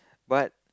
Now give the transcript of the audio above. but